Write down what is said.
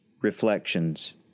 Reflections